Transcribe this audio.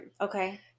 Okay